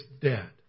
dead